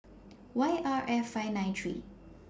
Y R F five nine three